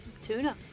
Tuna